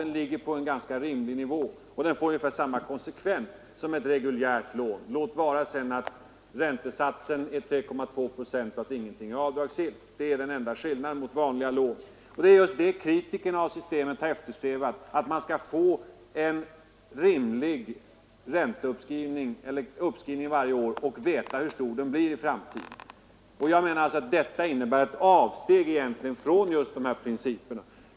Den ligger på en ganska rimlig nivå och får ungefär samma konsekvens som ett reguljärt lån, låt vara att räntesatsen är 3,2 procent och att ingenting är avdragsgillt. Det är de enda skillnaderna i förhållande till vanliga lån. Det är just detta som det nuvarande systemets kritiker har eftersträvat, nämligen att låntagarna skall få en rimlig ränteuppskrivning varje år och att de skall veta hur stor den blir i framtiden. Jag menar att detta egentligen innebär ett avsteg från de hittillsvarande principerna.